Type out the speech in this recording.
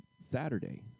Saturday